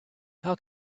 how